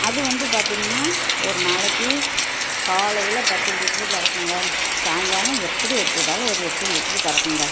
அது வந்து பார்த்திங்கன்னா ஒரு நாளைக்கு காலையில் பத்து லிட்டர் கறக்குங்கள் சாயங்காலம் எப்படி எடுத்துக்கிட்டாலும் ஒரு எட்டு லிட்டர் கறக்குங்கள்